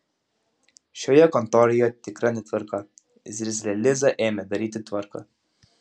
šioje kontoroje tikra netvarka zirzlė liza ėmė daryti tvarką